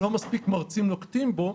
לא מספיק מרצים נוקטים בו,